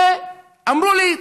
אמרו לי: